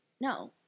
No